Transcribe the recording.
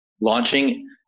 Launching